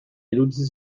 iruditzen